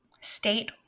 state